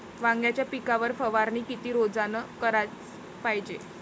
वांग्याच्या पिकावर फवारनी किती रोजानं कराच पायजे?